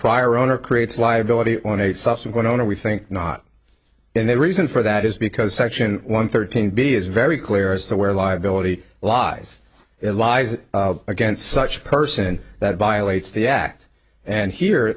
prior owner creates liability on a subsequent owner we think not and the reason for that is because section one thirteen b is very clear as to where liability lies it lies against such person that violates the act and here